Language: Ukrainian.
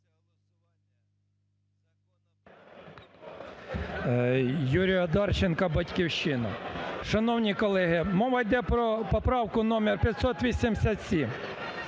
Юрій Одарченко, "Батьківщина". Шановні колеги, мова йде про поправку номер 587.